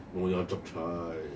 nyonya chap chye